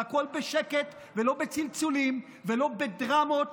והכול בשקט ולא בצלצולים ולא בדרמות